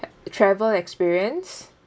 yup travel experience